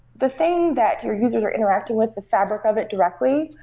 the thing that your users are interacting with, the fabric of it directly,